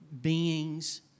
beings